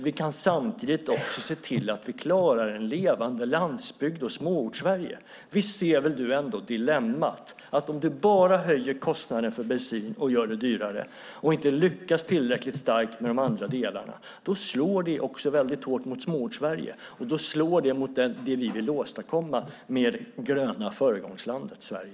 Vi kan samtidigt också se till att vi klarar en levande landsbygd och Småortssverige. Visst ser du väl ändå dilemmat att om du bara höjer kostnaden för bensin och inte lyckats tillräckligt starkt med de andra delarna slår det väldigt hårt mot Småortssverige? Det slår mot det vi vill åstadkomma med föregångslandet Sverige.